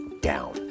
down